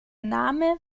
name